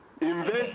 invest